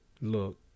look